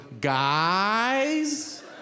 guys